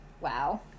wow